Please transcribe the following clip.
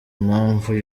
impamvu